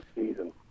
season